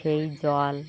সেই জল